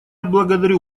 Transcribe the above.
благодарю